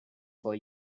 for